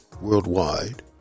worldwide